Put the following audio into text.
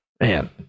Man